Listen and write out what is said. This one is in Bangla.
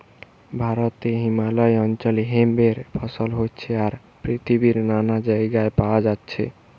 ভারতে হিমালয় অঞ্চলে হেম্প এর ফসল হচ্ছে আর পৃথিবীর নানান জাগায় পায়া যাচ্ছে